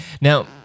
Now